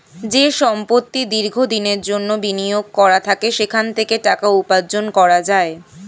যে সম্পত্তি দীর্ঘ দিনের জন্যে বিনিয়োগ করা থাকে সেখান থেকে টাকা উপার্জন করা যায়